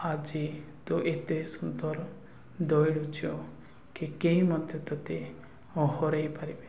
ଆଜି ତୁ ଏତେ ସୁନ୍ଦର ଦୌଡ଼ୁଛୁ କି କେହି ମଧ୍ୟ ତତେ ହରେଇ ପାରିବେନି